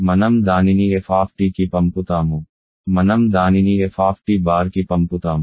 మనం దానిని f కి పంపుతాము మనం దానిని f t బార్ కి పంపుతాము